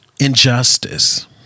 injustice